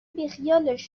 بیخیالش